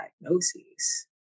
diagnoses